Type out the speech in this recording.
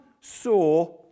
saw